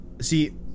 see